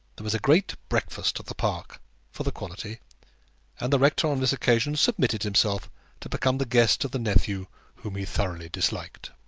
there was a great breakfast at the park for the quality and the rector on this occasion submitted himself to become the guest of the nephew whom he thoroughly disliked.